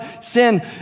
sin